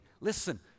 listen